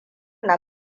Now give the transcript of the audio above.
na